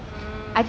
mm